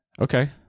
okay